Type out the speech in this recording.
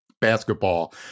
basketball